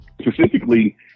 specifically